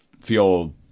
feel